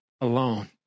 alone